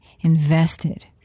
invested